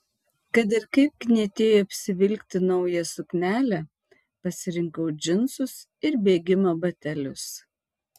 kad ir kaip knietėjo apsivilkti naują suknelę pasirinkau džinsus ir bėgimo batelius